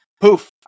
poof